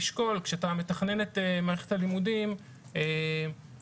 תשקול כשאתה מתכנן את מערכת הלימודים שחלק